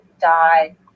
die